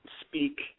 speak